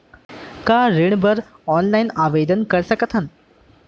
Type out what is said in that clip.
का ऋण बर ऑनलाइन आवेदन कर सकथन?